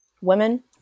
women